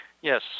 Yes